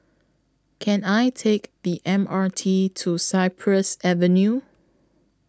Can I Take The M R T to Cypress Avenue